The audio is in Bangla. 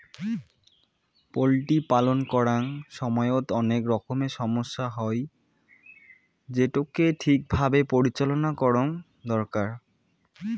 পোল্ট্রি পালন করাং সমইত অনেক রকমের সমস্যা হই, যেটোকে ঠিক ভাবে পরিচালনা করঙ দরকার